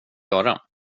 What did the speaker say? göra